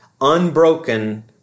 unbroken